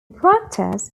practice